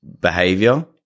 behavior